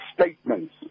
statements